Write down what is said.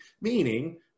meaning